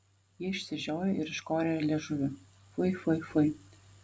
ji išsižiojo ir iškorė liežuvį fui fui fui